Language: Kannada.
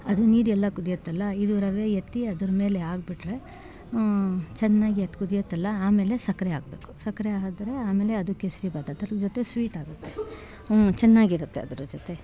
ಅದು ನೀರೆಲ್ಲ ಕುದಿಯತ್ತಲ್ಲ ಇದು ರವೆ ಎತ್ತಿ ಅದ್ರ ಮೇಲೆ ಹಾಕ್ಬಿಟ್ರೆ ಚೆನ್ನಾಗಿ ಅದು ಕುದಿಯತ್ತಲ್ಲ ಆಮೇಲೆ ಸಕ್ರೆ ಹಾಕ್ಬೇಕು ಸಕ್ರೆ ಆದ್ರೆ ಆಮೇಲೆ ಅದು ಕೇಸರಿ ಭಾತು ಅದರ ಜೊತೆ ಸ್ವೀಟ್ ಆಗುತ್ತೆ ಹ್ಞೂ ಚೆನ್ನಾಗಿರತ್ತೆ ಅದ್ರ ಜೊತೆ